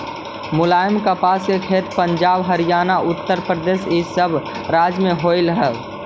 मुलायम कपास के खेत पंजाब, हरियाणा, उत्तरप्रदेश इ सब राज्य में होवे हई